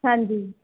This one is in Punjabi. ਹਾਂਜੀ